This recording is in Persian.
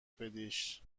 بدیش